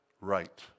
right